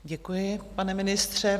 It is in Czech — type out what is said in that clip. Děkuji, pane ministře.